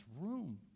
room